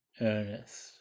earnest